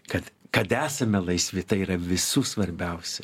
kad kad esame laisvi tai yra visų svarbiausia